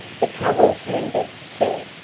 the trouble's h'ended, sir.